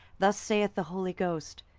thus saith the holy ghost,